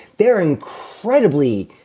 they're incredibly.